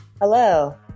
hello